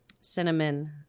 cinnamon